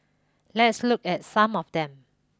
let's look at some of them